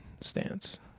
stance